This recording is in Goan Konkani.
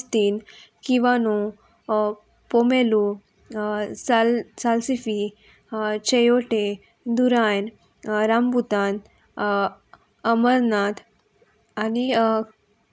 मँगोस्तीन किवाणू पोमेलू साल salsify chayote durian rambutan amaranth आनी